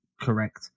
correct